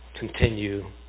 Continue